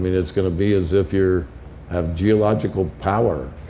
i mean it's going to be as if you have geological power.